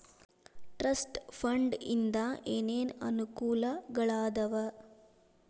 trust fund ಇಂದ ಏನೇನ್ ಅನುಕೂಲಗಳಾದವ